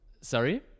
sorry